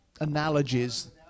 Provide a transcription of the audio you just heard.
analogies